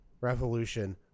Revolution